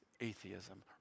atheism